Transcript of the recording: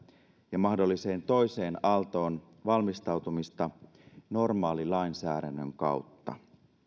ja mahdolliseen toiseen aaltoon valmistautumista normaalilainsäädännön kautta